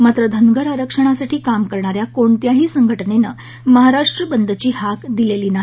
मात्र धनगर आरक्षणासाठी काम करणाऱ्या कोणत्याही संघटनेनं महाराष्ट्र बंदची हाक दिलेली नाही